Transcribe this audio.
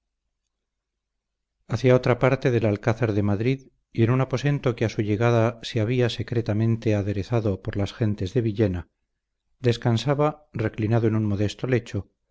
hacia otra parte del alcázar de madrid y en un aposento que a su llegada se había secretamente aderezado por las gentes de villena descansaba reclinado en un modesto lecho